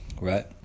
right